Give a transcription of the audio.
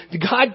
God